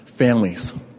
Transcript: families